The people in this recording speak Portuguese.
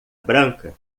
branca